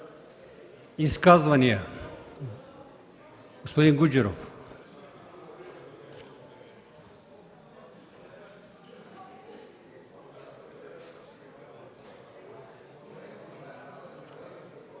Изказвания? Господин Гуджеров.